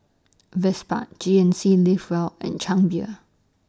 Vespa G N C Live Well and Chang Beer